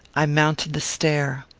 i mounted the stair.